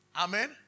Amen